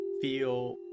feel